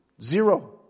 Zero